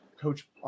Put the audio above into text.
coach